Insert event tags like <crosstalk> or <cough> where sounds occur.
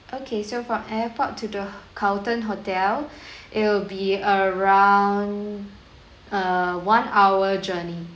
okay so from airport to the carlton hotel <breath> it'll be around err one hour journey